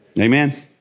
Amen